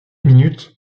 minutes